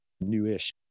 newish